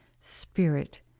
Spirit